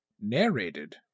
Narrated